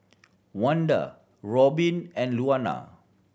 Wanda Robbin and Luana